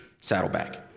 Saddleback